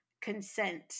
consent